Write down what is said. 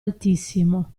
altissimo